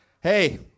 hey